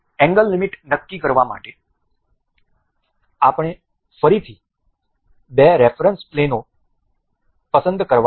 angle limit નક્કી કરવા માટે આપણે ફરીથી બે રેફરન્સ પ્લેનો પસંદ કરવા પડશે